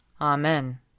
Amen